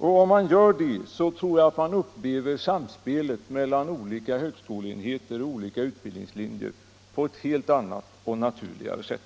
Gör man det, tror jag att man upplever samspelet mellan olika högskoleenheter och olika utbildningslinjer på ett helt annat och naturligare sätt.